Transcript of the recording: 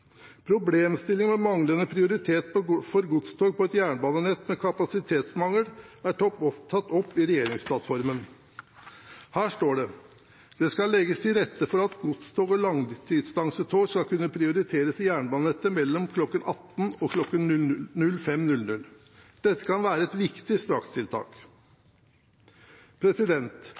med bilen. Problemstillingen med manglende prioritet for godstog på et jernbanenett med kapasitetsmangel er tatt opp i regjeringsplattformen. Her står det at man skal «legge til rette for at godstog og langdistansetog skal kunne prioriteres i jernbanenettet mellom kl 18:00 og 05:00». Dette kan være et viktig strakstiltak.